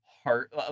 Heart